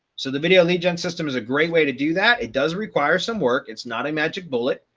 so the video lead gen system is a great way to do that it does require some work, it's not a magic bullet.